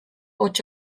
hots